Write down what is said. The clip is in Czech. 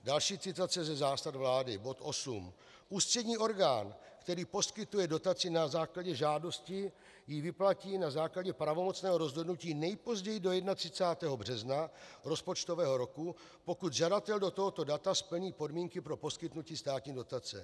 Další citace ze zásad vlády, bod 8: Ústřední orgán, který poskytuje dotaci na základě žádosti, ji vyplatí na základě pravomocného rozhodnutí nejpozději do 31. března rozpočtového roku, pokud žadatel do tohoto data splní podmínky pro poskytnutí státní dotace.